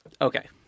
Okay